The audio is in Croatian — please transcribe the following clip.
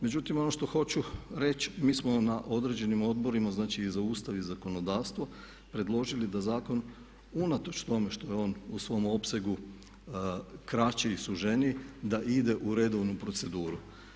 Međutim, ono što hoću reći, mi smo na određenim Odborima znači i za Ustav i za zakonodavstvo predložili da zakon unatoč tome što je on u svom opsegu kraći i složeniji da ide u redovnu proceduru.